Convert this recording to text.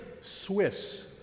Swiss